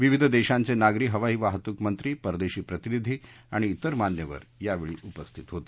विविध देशांचे नागरी हवाई वाहतूक मंत्री परदेशी प्रतिनिधी आणि इतर मान्यवर यावेळी उपस्थित होते